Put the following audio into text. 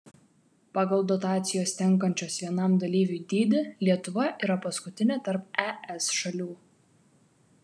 pagal dotacijos tenkančios vienam dalyviui dydį lietuva yra paskutinė tarp es šalių